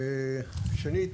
שנית,